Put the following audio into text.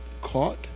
caught